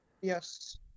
Yes